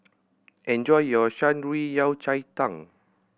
enjoy your Shan Rui Yao Cai Tang